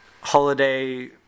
holiday